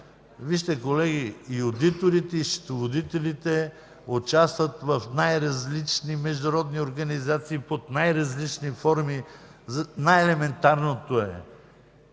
филиал. Колеги, и одиторите, и счетоводителите участват в най-различни международни организации под най-различни форми. Най-елементарното е